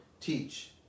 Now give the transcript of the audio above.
teach